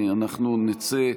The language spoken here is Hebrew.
אנחנו נצא,